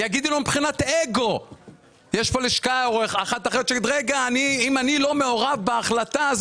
יגידו לכם מבחינת אגו ואם אני לא מעורב בהחלטה,